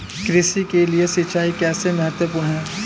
कृषि के लिए सिंचाई कैसे महत्वपूर्ण है?